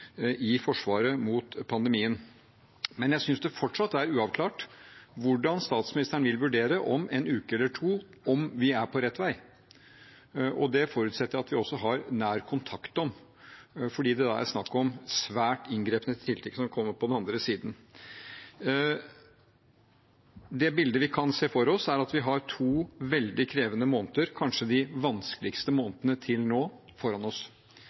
i forsvaret mot pandemien. Jeg syns det fortsatt er uavklart hvordan statsministeren vil vurdere om en uke eller to om vi er på rett vei. Det forutsetter at vi også har nær kontakt om det, fordi det da er snakk om svært inngripende tiltak som kommer på den andre siden. Det bildet vi kan se for oss, er at vi har to veldig krevende måneder foran oss, kanskje de vanskeligste månedene til nå,